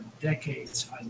decades